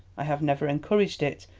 i have never encouraged it,